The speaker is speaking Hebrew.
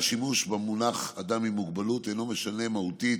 השימוש במונח 'אדם עם מוגבלות' אינו משנה מהותית